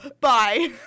Bye